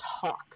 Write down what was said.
talk